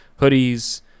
hoodies